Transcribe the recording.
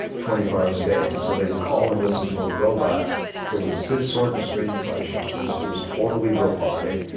twenty four hours a day. and so they would call and listen to a robot that would sift, sort and screen price shoppers. it was totally robotic.